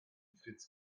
fritz